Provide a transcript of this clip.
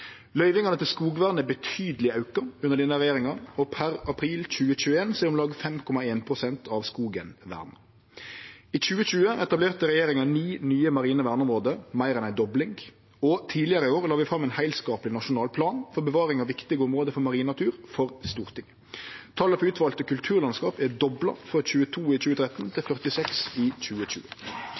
til skogvernet er betydeleg auka under denne regjeringa, og per april 2021 er om lag 5,1 pst. av skogen verna. I 2020 etablerte regjeringa nye marine verneområde, meir enn ei dobling, og tidlegare i år la vi fram for Stortinget ein heilskapleg nasjonal plan for bevaring av viktige område for marin natur. Talet på utvalde kulturlandskap er dobla, frå 22 i 2013 til 46 i 2020.